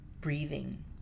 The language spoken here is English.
breathing